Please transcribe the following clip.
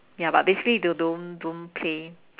ya but basically they don't don't play